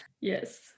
Yes